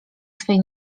swej